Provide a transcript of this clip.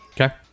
Okay